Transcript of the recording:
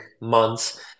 months